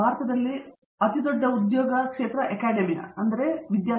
ಭಾರತದಲ್ಲಿ ಅತಿದೊಡ್ಡ ಉದ್ಯೋಗ ಅಕಾಡೆಮಿಯಾ